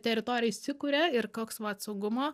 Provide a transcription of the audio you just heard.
teritorijoj įsikuria ir koks vat saugumo